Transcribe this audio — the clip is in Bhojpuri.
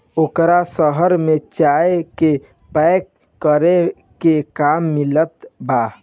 ओकरा शहर में चाय के पैक करे के काम मिलत बा